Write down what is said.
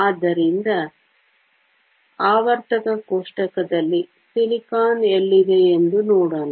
ಆದ್ದರಿಂದ ಆವರ್ತಕ ಕೋಷ್ಟಕದಲ್ಲಿ ಸಿಲಿಕಾನ್ ಎಲ್ಲಿದೆ ಎಂದು ನೋಡೋಣ